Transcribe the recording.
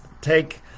Take